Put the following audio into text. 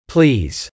Please